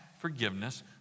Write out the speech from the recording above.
forgiveness